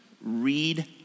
read